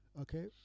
okay